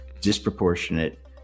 disproportionate